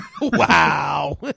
Wow